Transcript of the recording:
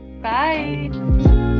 bye